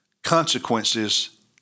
Consequences